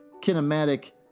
kinematic